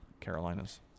Carolinas